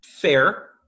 Fair